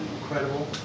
incredible